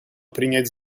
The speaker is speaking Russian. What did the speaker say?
принять